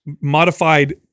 modified